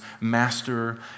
master